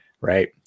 right